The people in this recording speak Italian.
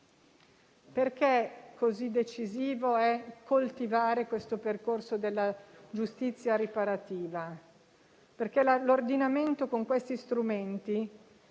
Perché è così decisivo coltivare questo percorso della giustizia riparativa? Perché l'ordinamento, con questi strumenti,